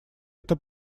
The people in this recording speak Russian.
это